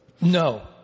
No